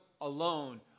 alone